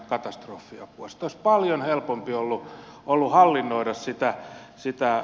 olisi paljon helpompi ollut hallinnoida sitä